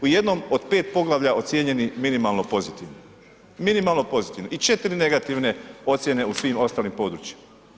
U jednom od 5 poglavlja ocijenjeni minimalno pozitivnim, minimalno pozitivnim i 4 negativne ocjene u svim ostalim područjima.